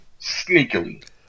sneakily